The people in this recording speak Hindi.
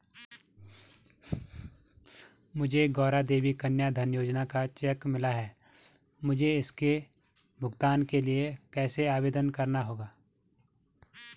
मुझे गौरा देवी कन्या धन योजना का चेक मिला है मुझे इसके भुगतान के लिए कैसे आवेदन करना होगा?